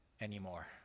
anymore